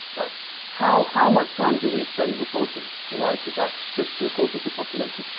but how how much time do we spend reporting the lives of that fifth through a quarter of the population?